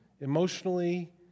emotionally